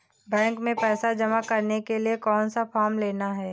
Bank में पैसा जमा करने के लिए कौन सा फॉर्म लेना है?